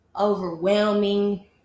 overwhelming